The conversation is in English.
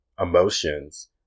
emotions